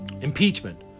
impeachment